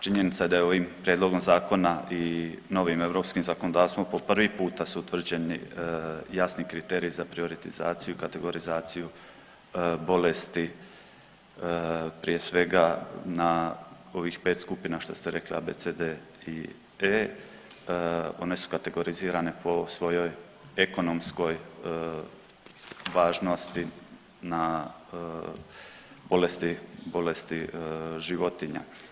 Činjenica je da je ovim prijedlogom zakona i novim europskim zakonodavstvom po prvi puta su utvrđeni jasni kriteriji za prioritizaciju i kategorizaciju bolesti prije svega na ovih 5 skupina što ste rekli A, B, C, D i E. One su kategorizirane po svojoj ekonomskoj važnosti na bolesti, bolesti životinja.